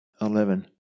Eleven